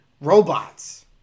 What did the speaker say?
robots